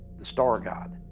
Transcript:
the star god.